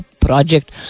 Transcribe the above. project